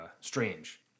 strange